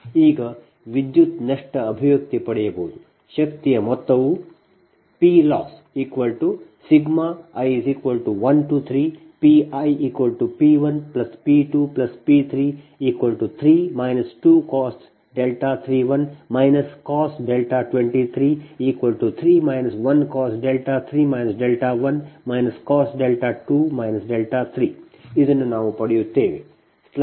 ಈಗ ವಿದ್ಯುತ್ ನಷ್ಟ ಅಭಿವ್ಯಕ್ತಿ ಪಡೆಯಬಹುದು ಶಕ್ತಿಯ ಮೊತ್ತವು PLossi13PiP1P2P33 2cos 31 cos 23 3 1cos 3 1 cos 2 3 ಇದನ್ನು ನಾವು ಪಡೆಯುತ್ತೇವೆ